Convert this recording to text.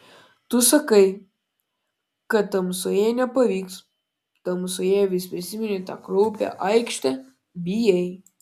o tu sakai kad tamsoje nepavyks tamsoje vis prisimeni tą kraupią aikštę bijai